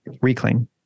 Reclaim